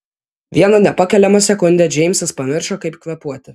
vieną nepakeliamą sekundę džeimsas pamiršo kaip kvėpuoti